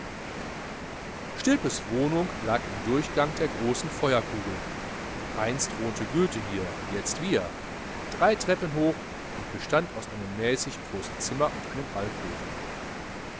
stilpes wohnung lag im durchgang der großen feuerkugel einst wohnte goethe hier jetzt wir drei treppen hoch und bestand aus einem mäßig großen zimmer und einem alkoven